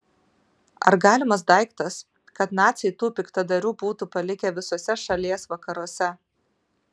ar galimas daiktas kad naciai tų piktadarių būtų palikę visuose šalies vakaruose